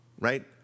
right